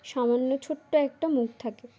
সামান্য ছোট্ট একটা মুখ থাকে